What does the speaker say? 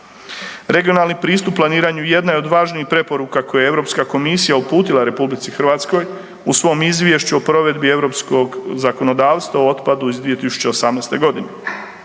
Regionalni pristup planiranju jedne od važnijih preporuka koje je Europska komisija uputila RH u svom Izvješću o provedbi Europskog zakonodavstva o otpadu iz 2018.g..